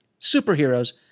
superheroes